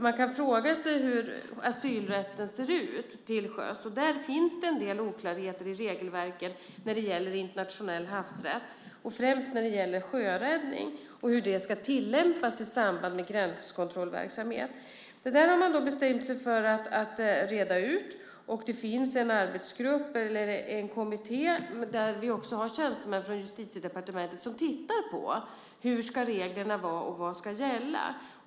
Man kan fråga sig hur asylrätten till sjöss ser ut, och där finns det en del oklarheter i regelverket när det gäller internationell havsrätt, främst när det gäller sjöräddning och hur det ska tillämpas i samband med gränskontrollverksamhet. Det där har man bestämt sig för att reda ut, och det finns en arbetsgrupp eller en kommitté där vi har tjänstemän från Justitiedepartementet som tittar på hur reglerna ska gälla.